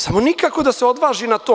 Samo nikako da se odvaži na to.